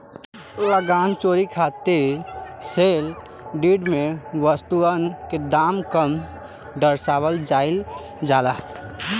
लगान चोरी खातिर सेल डीड में वस्तुअन के दाम कम दरसावल जाइल जाला